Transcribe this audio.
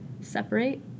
separate